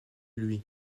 lui